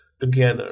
together